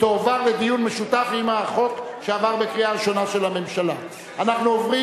ותועבר לדיון משותף עם החוק של הממשלה שעבר בקריאה ראשונה.